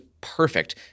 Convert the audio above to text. perfect